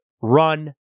Run